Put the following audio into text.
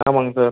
ஆமாங்க சார்